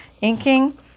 inking